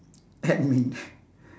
admin